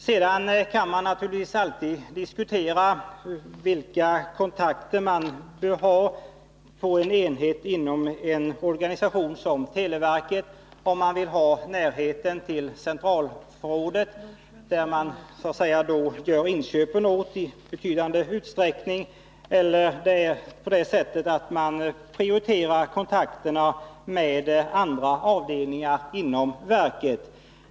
Sedan kan man naturligtvis alltid diskutera vilka kontakter man bör ha på en enhet inom en organisation som televerket: om man vill ha stor närhet till centralförrådet, där man så att säga gör inköpen i betydande utsträckning, eller om man vill prioritera kontakterna med andra avdelningar inom verket.